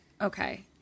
Okay